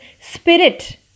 Spirit